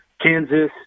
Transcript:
Kansas